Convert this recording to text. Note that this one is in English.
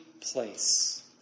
place